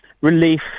relief